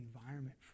environment